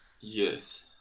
Yes